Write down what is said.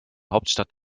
hauptstadt